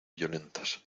violentas